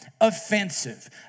offensive